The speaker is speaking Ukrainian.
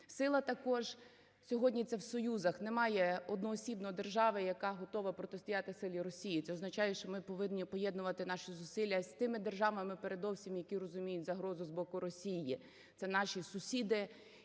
Сила також сьогодні – це в союзах. Немає одноосібно держави, яка готова протистояти силі Росії. Це означає, що ми повинні поєднувати наші зусилля з тими державами передовсім, які розуміють загрозу з боку Росії. Це наші сусіди